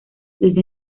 desde